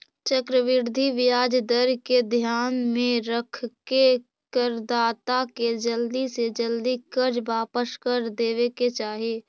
चक्रवृद्धि ब्याज दर के ध्यान में रखके करदाता के जल्दी से जल्दी कर्ज वापस कर देवे के चाही